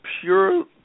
pure